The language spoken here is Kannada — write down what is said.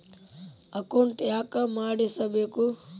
ಅಕೌಂಟ್ ಯಾಕ್ ಮಾಡಿಸಬೇಕು?